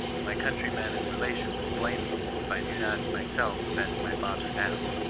my countrymen and relations will blame me, if i do not myself avenge my father now